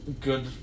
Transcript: good